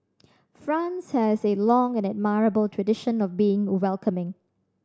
France has a long and admirable tradition of being welcoming